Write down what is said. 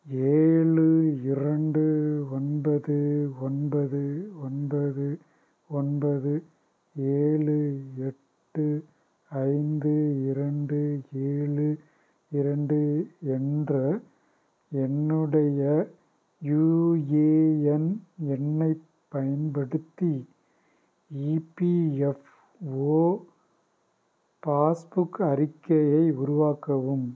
ஏழு இரண்டு ஒன்பது ஒன்பது ஒன்பது ஒன்பது ஏழு எட்டு ஐந்து இரண்டு ஏழு இரண்டு என்ற என்னுடைய யுஏஎன் எண்ணை பயன்படுத்தி இபிஎஃப்ஓ பாஸ் புக் அறிக்கையை உருவாக்கவும்